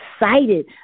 excited